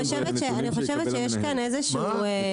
אני חושבת שיש כאן איזשהו --- מה?